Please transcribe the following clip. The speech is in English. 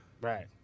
Right